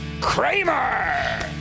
Kramer